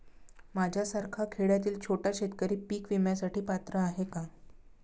माझ्यासारखा खेड्यातील छोटा शेतकरी पीक विम्यासाठी पात्र आहे का?